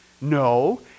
no